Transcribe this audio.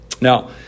Now